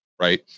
Right